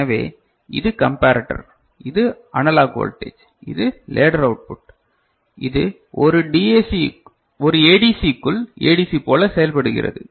எனவே இது கம்பரடர் இது அனலாக் வோல்டேஜ் இது லேடர் அவுட் புட் இது ஒரு ஏடிசிக்குள் ஏடிசி போல செயல்படுகிறது